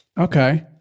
Okay